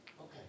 Okay